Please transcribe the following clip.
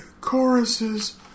choruses